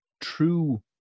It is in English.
true